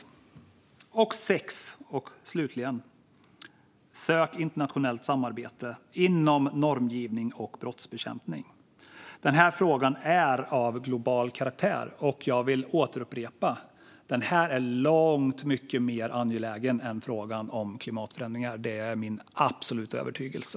Slutligen: Det sjätte förslaget är att söka internationellt samarbete inom normgivning och brottsbekämpning. Frågan är av global karaktär, och jag vill upprepa att den är långt mycket mer angelägen än frågan om klimatförändringar. Det är min absoluta övertygelse.